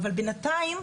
אבל בינתיים,